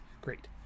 Great